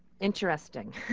interesting